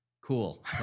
cool